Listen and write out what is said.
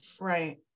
Right